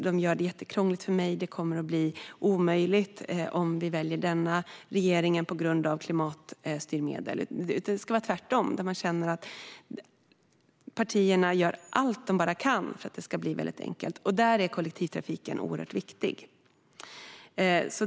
De gör det jättekrångligt för mig. Det kommer att bli omöjligt om vi väljer denna regering på grund av klimatstyrmedlen. Det ska vara tvärtom, att man känner att partierna gör allt de bara kan för att det ska bli enkelt, och där är kollektivtrafiken oerhört viktig.